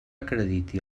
acrediti